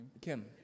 Kim